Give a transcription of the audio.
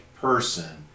person